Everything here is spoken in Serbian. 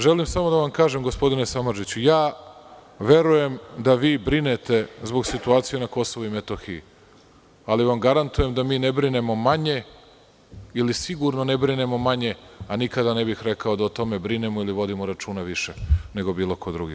Želim samo da vam kažem gospodine Samardžiću, verujem da vi brinete zbog situacije na Kosovu i Metohiji, ali vam garantujem da mi ne brinemo manje, ili sigurno ne brinemo manje, a nikada ne bih rekao da o tome brinemo ili vodimo računa više nego bilo ko drugi.